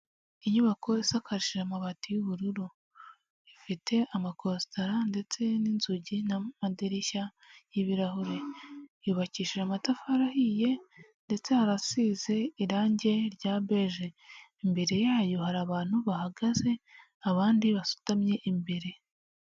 Inyubako isakarishije amabati y'ubururu, ifite amakosara ndetse n'inzugi n'amadirishya y'ibirahure yubakishije amatafari ahiye, ndetse hari asize irangi rya beje imbere yayo hari abantu bahagaze abandi basutamye imbere.